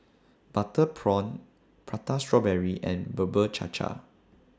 Butter Prawn Prata Strawberry and Bubur Cha Cha